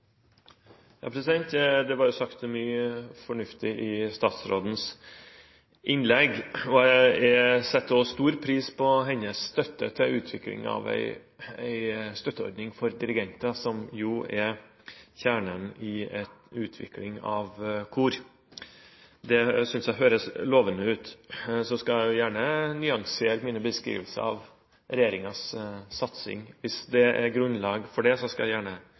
jeg setter stor pris på hennes støtte til utviklingen av en støtteordning for dirigenter, som jo er kjernen i utviklingen av kor. Det synes jeg høres lovende ut. Så skal jeg gjerne nyansere mine beskrivelser av regjeringens satsing. Hvis det er grunnlag for det, skal jeg gjerne